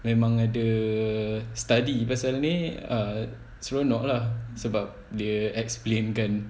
memang ada study pasal ni err seronok lah sebab dia explain kan